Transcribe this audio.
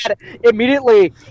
immediately